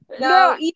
No